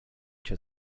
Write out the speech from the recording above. cię